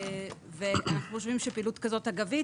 אנחנו חושבים שפעילות אגבית כזו,